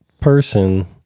person